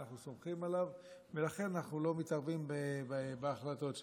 אנחנו סומכים עליו ולכן אנחנו לא מתערבים בהחלטות שלו.